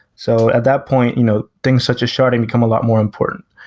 so at that point you know things such as sharding become a lot more important.